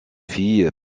fille